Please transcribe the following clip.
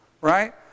Right